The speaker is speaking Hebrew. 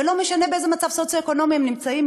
ולא משנה באיזה מצב סוציו-אקונומי הם נמצאים,